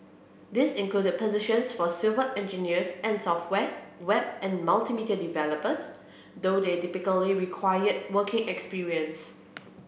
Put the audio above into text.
these included positions for civil engineers and software web and multimedia developers though they typically required working experience